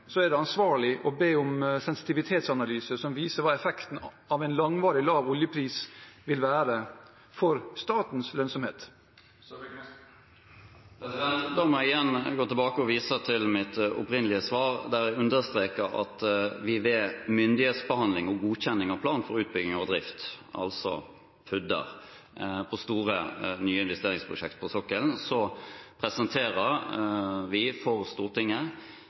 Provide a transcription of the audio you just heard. er det ansvarlig å be om en sensitivitetsanalyse som viser hva effekten av en langvarig lav oljepris vil være for statens lønnsomhet? Da må jeg gå tilbake og vise til mitt opprinnelige svar, der jeg understreker at ved myndighetsbehandling og godkjenning av plan for utbygging og drift, altså PUD-er, på store, nye investeringsprosjekter på sokkelen presenterer vi for Stortinget